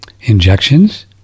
injections